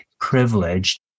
privileged